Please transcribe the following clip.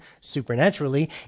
Supernaturally